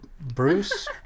bruce